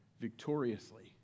victoriously